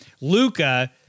Luca